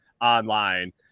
online